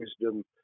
wisdom